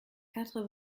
quatre